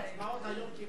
יום העצמאות היום.